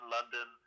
London